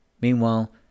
Meanwhile